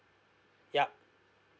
yup